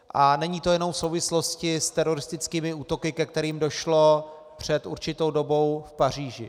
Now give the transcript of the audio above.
A není to jenom v souvislosti s teroristickými útoky, ke kterým došlo před určitou dobou v Paříži.